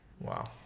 Wow